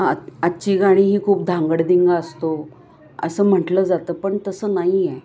आ आजची गाणी ही खूप धांगडदिंगा असतो असं म्हटलं जातं पण तसं नाहीये